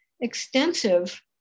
extensive